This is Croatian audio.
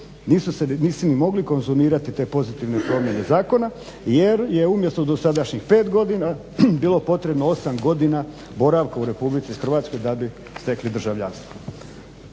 nisu ni mogli konzumirati te pozitivne promjene zakona jer je umjesto dosadašnjih 5 godina, bilo potrebno 8 godina boravka u RH da bi stekli državljanstvo.